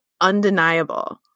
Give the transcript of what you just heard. undeniable